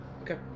Okay